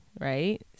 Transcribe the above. Right